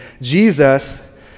Jesus